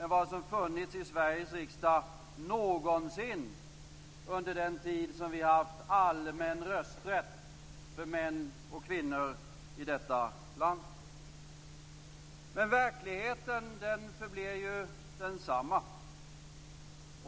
än vad som funnits i Sveriges riksdag någonsin under den tid som vi har haft allmän rösträtt för män och kvinnor i detta land. Men verkligheten förblir densamma.